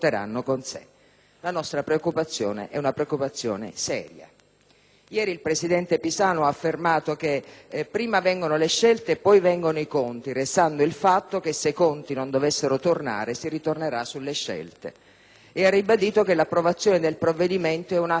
Ieri il presidente Pisanu ha affermato che prima vengono le scelte e poi vengono i conti, restando il fatto che se i conti non dovessero tornare si ritornerà sulle scelte, e ha ribadito che l'approvazione del provvedimento è un atto di fiducia nel dialogo che si svilupperà in Parlamento: appunto.